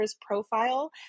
profile